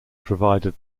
provided